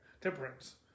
temperance